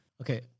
Okay